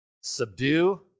subdue